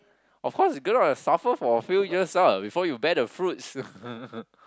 of course you gonna suffer for a few years ah before you bear the fruits